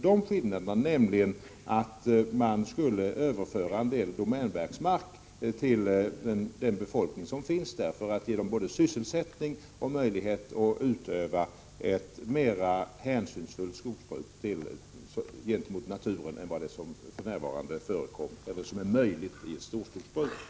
Det skulle bli skillnad om man överförde en del domänverksmark till befolkningen i de aktuella områdena — både för att ge dessa människor sysselsättning och för att möjliggöra ett mot naturen mer hänsynsfullt skogsbruk än det som bedrivs för närvarande eller som är möjligt att bedriva i större skala.